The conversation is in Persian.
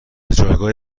جایگاه